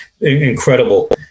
incredible